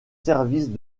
services